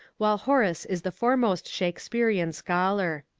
while horace is the foremost shakespearian scholar.